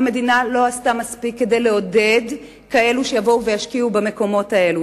המדינה לא עשתה מספיק כדי לעודד אנשים שיבואו וישקיעו במקומות האלה.